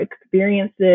experiences